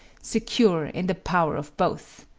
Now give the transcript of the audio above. secure in the power of both.